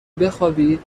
بخوابی